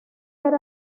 ver